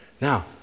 Now